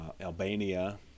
Albania